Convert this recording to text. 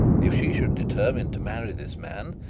if she should determine to marry this man,